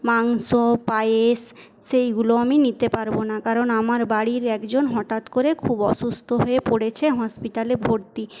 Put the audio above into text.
মাংস পায়েস সেইগুলো আমি নিতে পারবো না কারণ আমার বাড়ির একজন হঠাৎ করে খুব অসুস্থ হয়ে পড়েছে হসপিটালে ভর্তি